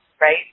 right